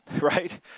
right